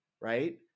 right